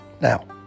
Now